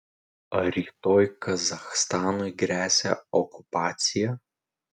ar rytoj kazachstanui gresia okupacija